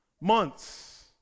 months